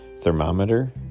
thermometer